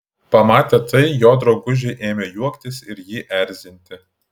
pamatę tai jo draugužiai ėmė juoktis ir jį erzinti